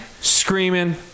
Screaming